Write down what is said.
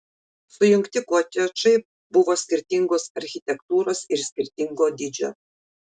sujungti kotedžai buvo skirtingos architektūros ir skirtingo dydžio